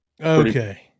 okay